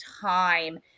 time